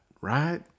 right